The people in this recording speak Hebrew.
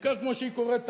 בעיקר כמו שהיא קורית היום,